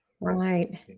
Right